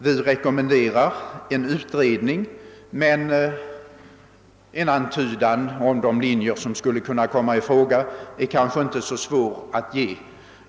Vi rekommenderar en utredning, men en antydan om de linjer som skulle kunna komma i fråga är kanske inte så svår att ge.